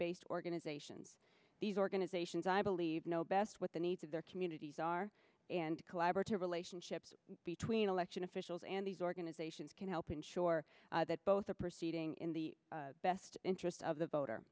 based organizations these organizations i believe know best what the needs of their communities are and a collaborative relationship between elected officials and these organizations can help ensure that both are perceiving in the best interest of the voter